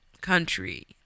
country